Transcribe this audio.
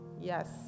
Yes